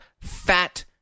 fat